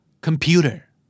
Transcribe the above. Computer